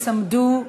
אני הצבעתי בעד